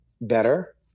better